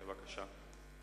בבקשה.